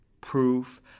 proof